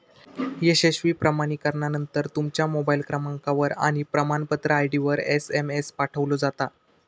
यशस्वी प्रमाणीकरणानंतर, तुमच्या मोबाईल क्रमांकावर आणि प्रमाणपत्र आय.डीवर एसएमएस पाठवलो जाता